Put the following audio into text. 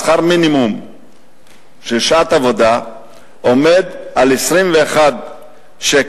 שכר מינימום לשעת עבודה עומד על 21 שקל.